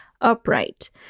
upright